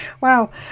Wow